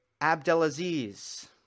Abdelaziz